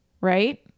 right